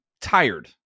tired